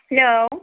hello